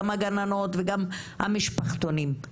גם הגננות וגם המטפלות במשפחתונים.